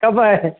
कब है